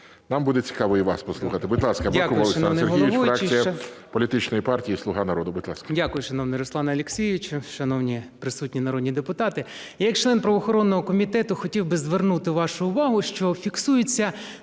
нам буде цікаво і вас послухати. Будь ласка, Бакумов Олександр Сергійович, фракція політичної партії "Слуга народу", будь ласка. 13:40:35 БАКУМОВ О.С. Дякую. Шановний Руслане Олексійовичу, шановні присутні народні депутати! Я як член правоохоронного комітету хотів би звернути вашу увагу, що фіксуються